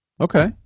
okay